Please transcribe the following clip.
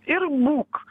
ir būk